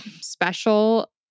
special